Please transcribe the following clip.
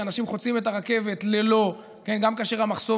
שאנשים חוצים את הרכבת גם כאשר המחסום